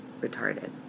retarded